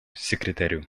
секретарю